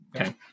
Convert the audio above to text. Okay